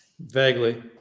Vaguely